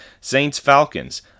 Saints-Falcons